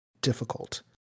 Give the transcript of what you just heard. difficult